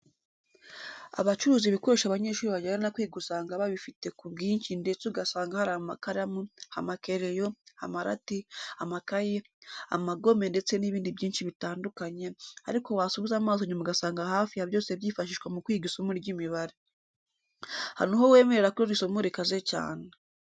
Abacuruza ibikoresho abanyeshuri bajyana kwiga usanga babifite ku bwinshi ndetse ugasanga hari amakaramu, amakereyo, amarati, amakayi, amagome ndetse n'ibindi binshi bitandukanye, ariko wasubiza amaso inyuma ugasanga hafi ya byose byifashishwa mu kwiga isomo ry'imibare. Aho ni ho wemerera ko iri somo rikaze cyane.